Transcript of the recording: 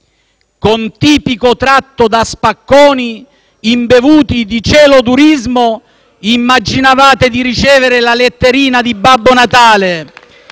Con tipico tratto da spacconi, imbevuti di celodurismo immaginavate di ricevere la letterina di Babbo Natale.